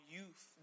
Youth